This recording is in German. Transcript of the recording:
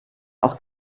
auch